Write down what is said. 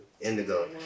Indigo